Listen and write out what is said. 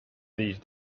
these